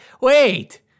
wait